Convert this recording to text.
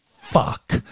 Fuck